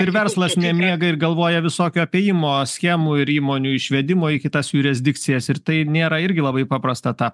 ir verslas nemiega ir galvoja visokio apėjimo schemų ir įmonių išvedimo į kitas juresdikcijas ir tai nėra irgi labai paprasta tą